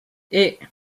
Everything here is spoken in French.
hey